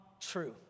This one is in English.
true